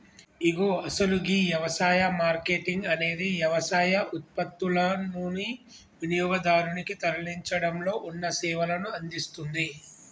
ఇగో అసలు గీ యవసాయ మార్కేటింగ్ అనేది యవసాయ ఉత్పత్తులనుని వినియోగదారునికి తరలించడంలో ఉన్న సేవలను అందిస్తుంది